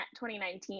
2019